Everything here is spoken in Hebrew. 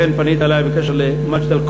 אכן פנית אלי בקשר למג'ד-אלכרום.